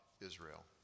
Israel